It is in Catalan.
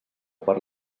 per